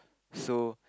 so